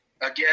Again